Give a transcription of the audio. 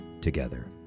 together